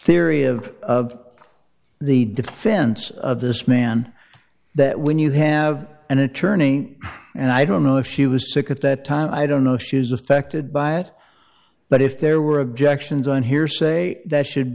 theory of of the defense of this man that when you have an attorney and i don't know if she was sick at that time i don't know if she was affected by it but if there were objections on hearsay that should